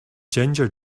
ginger